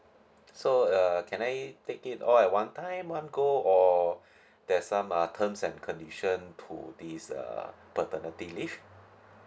so uh can I take it all at one time one go or there's some uh terms and condition to this err paternity leave